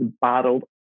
bottled